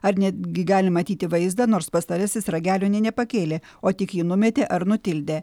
ar netgi gali matyti vaizdą nors pastarasis ragelio nė nepakėlė o tik jį numetė ar nutildė